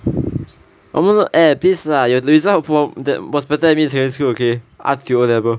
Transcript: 我们 eh please lah your result from that was better than me in secondary school okay up till O levels